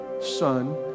son